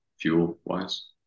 fuel-wise